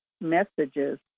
messages